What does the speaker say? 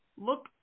look